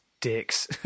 dicks